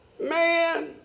Man